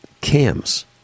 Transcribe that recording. cams